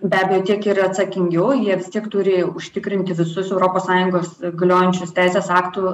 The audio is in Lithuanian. be abejo kiek ir atsakingiau jie vis tiek turi užtikrinti visus europos sąjungos galiojančius teisės aktų